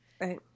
right